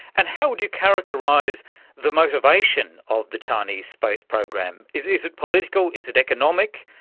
and how would you characterise the motivation of the chinese space program? is is it political, is it economic,